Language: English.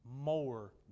more